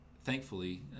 thankfully